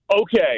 Okay